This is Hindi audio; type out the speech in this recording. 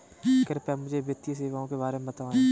कृपया मुझे वित्तीय सेवाओं के बारे में बताएँ?